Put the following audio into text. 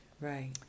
right